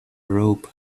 robe